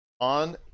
on